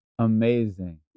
amazing